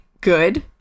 good